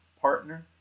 partner